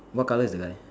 what colour is the guy